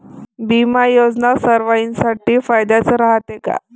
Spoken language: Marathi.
बिमा योजना सर्वाईसाठी फायद्याचं रायते का?